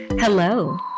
Hello